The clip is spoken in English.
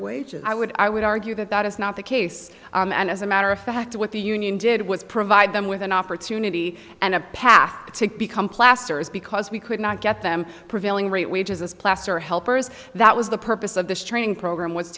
wages i would i would argue that that is not the case and as a matter of fact what the union did was provide them with an opportunity and a path to become plasters because we could not get them prevailing rate wages as placer helpers that was the purpose of this training program was